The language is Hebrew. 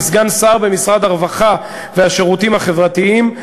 לסגן שר במשרד הרווחה והשירותים החברתיים,